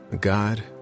God